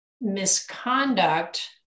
Misconduct